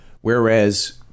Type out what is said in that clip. whereas